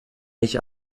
mich